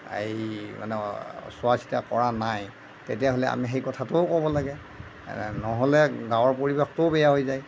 এই মানে চোৱাচিতা কৰা নাই তেতিয়া হ'লে আমি সেই কথাটোও ক'ব লাগে নহ'লে গাৱঁৰ পৰিৱেশটোও বেয়া হৈ যায়